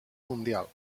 mundial